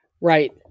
Right